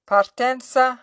Partenza